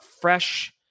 fresh